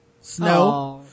Snow